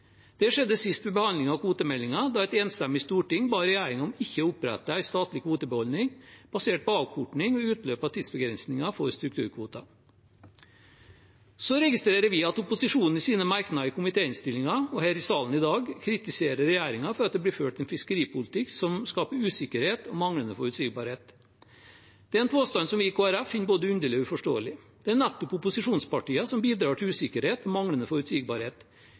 Det skjedde sist ved behandlingen av kvotemeldingen, da et enstemmig storting ba regjeringen om ikke å opprette en statlig kvotebeholdning basert på avkorting ved utløpet av tidsbegrensningen for strukturkvoter. Så registrerer vi at opposisjonen i sine merknader i komitéinnstillingen og her i salen i dag kritiserer regjeringen for at det blir ført en fiskeripolitikk som skaper usikkerhet og manglende forutsigbarhet. Det er en påstand som vi i Kristelig Folkeparti finner både underlig og uforståelig. Det er nettopp opposisjonspartiene som bidrar til usikkerhet og manglende forutsigbarhet,